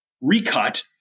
recut